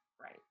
Right